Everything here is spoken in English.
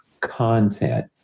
content